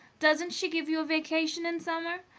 doesn't she give you a vacation in summer?